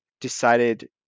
decided